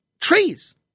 trees